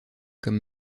comme